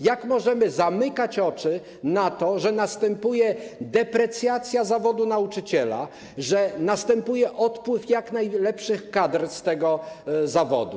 Jak możemy zamykać oczy na to, że następuje deprecjacja zawodu nauczyciela, że następuje odpływ najlepszych kadr z tego zawodu?